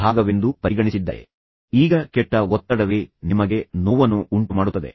ಕೆಟ್ಟ ಒತ್ತಡವು ನಿಮಗೆ ಕೋಪವನ್ನುಂಟು ಮಾಡುತ್ತದೆ ಎಂಬ ಭಯವನ್ನುಂಟು ಮಾಡುತ್ತದೆ ಇದು ನಿಮಗೆ ಆತಂಕವನ್ನುಂಟು ಮಾಡುತ್ತದೆ